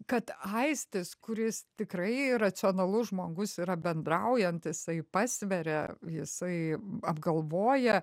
kad aistis kuris tikrai racionalus žmogus yra bendraujant jisai pasveria jisai apgalvoja